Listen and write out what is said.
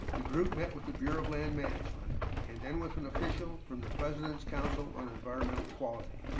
the group met with the bureau of land management and then with an official from the president's council on environmental quality.